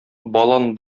балан